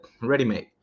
ready-made